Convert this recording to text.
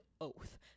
oath